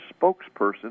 spokesperson